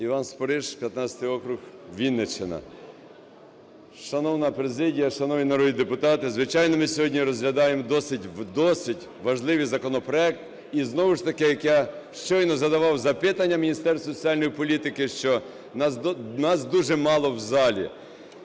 Іван Спориш, 15-й округ, Вінниччина. Шановна президія, шановні народні депутати, звичайно, ми сьогодні розглядаємо досить важливий законопроект. І знову ж таки, як я щойно задавав запитання Міністерству соціальної політики, що нас дуже мало в залі.